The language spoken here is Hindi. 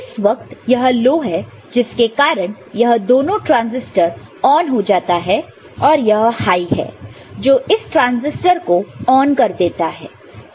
इस वक्त यह लो है जिसके कारण यह दोनों ट्रांसिस्टर ऑन हो जाता है और यह हाई है जो इस ट्रांजिस्टर को ऑन कर देता है